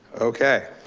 okay,